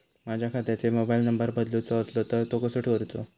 माझ्या खात्याचो mobile number बदलुचो असलो तर तो कसो करूचो?